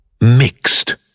Mixed